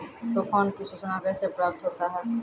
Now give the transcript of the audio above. तुफान की सुचना कैसे प्राप्त होता हैं?